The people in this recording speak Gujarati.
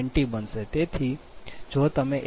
486 p